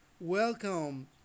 welcome